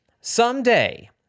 Someday